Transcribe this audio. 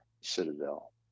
citadel